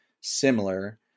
similar